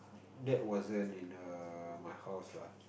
that wasn't in err my house lah